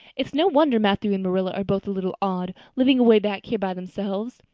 it's no wonder matthew and marilla are both a little odd, living away back here by themselves.